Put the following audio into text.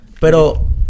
Pero